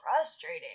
frustrating